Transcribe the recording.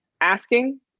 asking